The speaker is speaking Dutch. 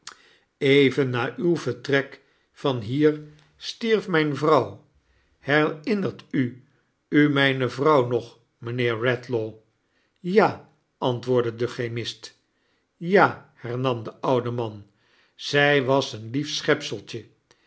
even na uw vertrek van hier stierf mijne vrouw herinnert u u mijne vinouw nog mijnheer redlaw ja antwoordde de chemist ja hemam de oude man zij was sen lief